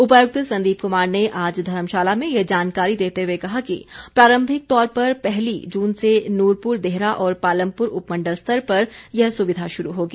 उपायुक्त संदीप कुमार ने आज धर्मशाला में ये जानकारी देते हुए कहा कि प्रारंभिक तौर पर पहली जून से नूरपुर देहरा और पालमपुर उपमण्डल स्तर पर यह सुविधा शुरू होगी